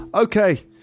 Okay